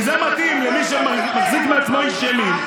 כי זה מתאים למי שמחזיק מעצמו איש ימין,